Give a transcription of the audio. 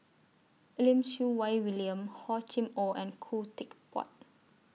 Lim Siew Wai William Hor Chim Or and Khoo Teck Puat